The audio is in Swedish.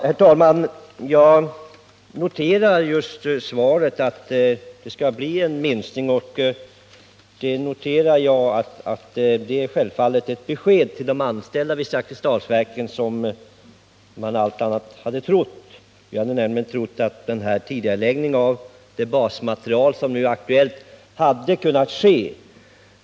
Herr talman! Jag noterade svaret att det skall bli en minskning. Det är självfallet ett besked till de anställda vid Zakrisdalsverken som är annorlunda än man hade trott. Man hade nämligen hoppats att en tidigareläggning av den basmateriel som nu är aktuell hade kunnat ske.